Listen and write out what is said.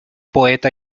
poeta